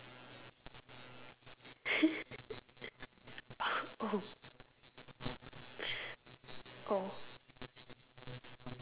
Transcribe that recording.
oh